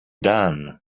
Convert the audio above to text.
done